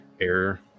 Air